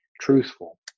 truthful